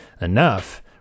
enough